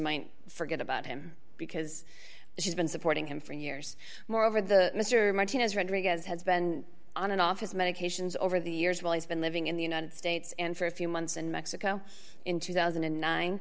might forget about him because she's been supporting him for years more over the mr martinez rodriguez has been on and off his medications over the years while he's been living in the united states and for a few months in mexico in two thousand and nine